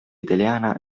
italiana